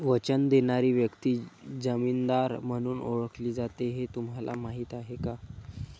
वचन देणारी व्यक्ती जामीनदार म्हणून ओळखली जाते हे तुम्हाला माहीत आहे का?